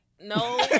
no